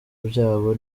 byabo